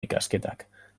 ikasketak